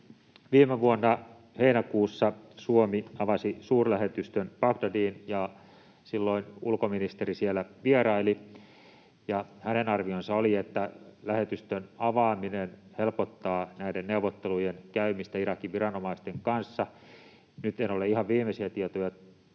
Viime vuonna heinäkuussa Suomi avasi suurlähetystön Bagdadiin. Silloin ulkoministeri siellä vieraili, ja hänen arvionsa oli, että lähetystön avaaminen helpottaa näiden neuvottelujen käymistä Irakin viranomaisten kanssa. Nyt en ole ihan viimeisimmistä